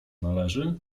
należy